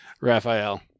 Raphael